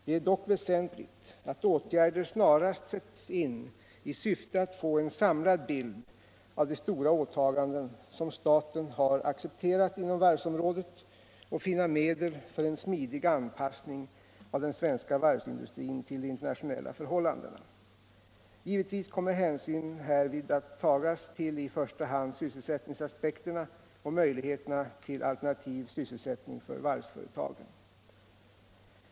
Det är dock väsentligt att åtgärder snarast sätts in i syfte att få en samlad bild av de stora åtaganden som staten har accepterat inom varvsområdet och finna medel för en smidig anpassning av den svenska varvsindustrin till de internationella förhållandena. Givetvis kommer hänsyn härvid att tas till i första hand sysselsättningsaspekterna och möjligheterna till alternativ sysselsättning för varvsföretagen.